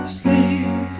sleep